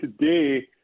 today